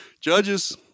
Judges